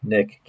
Nick